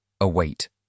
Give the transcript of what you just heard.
await